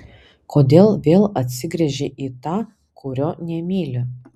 kodėl vėl atsigręžei į tą kurio nemyli